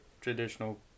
traditional